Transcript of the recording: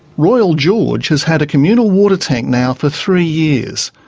royal george has had a communal water tank now for three years,